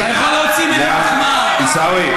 אתה יכול להוציא, עיסאווי.